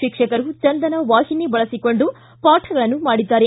ಶಿಕ್ಷಕರು ಚಂದನ ವಾಹಿನಿ ಬಳಸಿಕೊಂಡು ಪಾಠಗಳನ್ನು ಮಾಡಿದ್ದಾರೆ